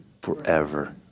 forever